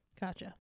Gotcha